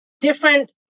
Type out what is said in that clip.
different